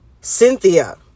Cynthia